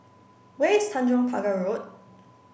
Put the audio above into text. where is Tanjong Pagar Road